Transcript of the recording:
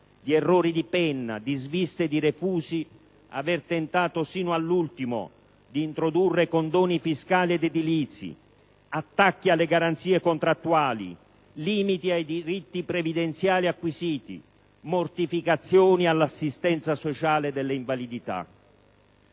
di errori di penna, di sviste e di refusi, aver tentato sino all'ultimo di introdurre condoni fiscali ed edilizi, attacchi alle garanzie contrattuali, limiti ai diritti previdenziali acquisiti, mortificazioni all'assistenza sociale delle invalidità?